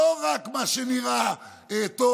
לא רק מה שנראה טוב,